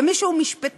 ומי שהוא משפטן,